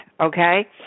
okay